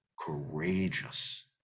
courageous